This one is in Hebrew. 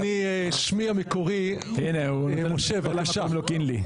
שמי המקורי הוא משה קלינגולד,